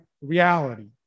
reality